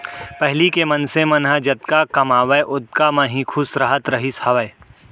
पहिली के मनसे मन ह जतका कमावय ओतका म ही खुस रहत रहिस हावय